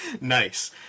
Nice